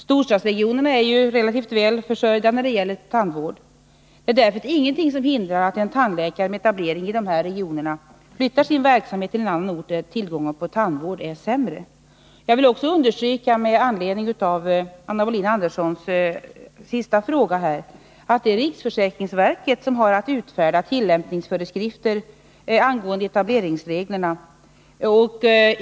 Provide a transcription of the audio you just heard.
Storstadsregionerna är ju relativt väl försörjda när det gäller tandvården. Det är därför ingenting som hindrar att tandläkare som är etablerade i de regionerna flyttar sin verksamhet till en annan ort, där tillgången på tandvård är sämre. Jag vill också understryka, med anledning av Anna Wohlin-Anderssons senaste fråga, att det är riksförsäkringsverket som har att utfärda tillämpningsföreskrifter angående etableringsreglerna.